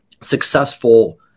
successful